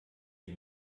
die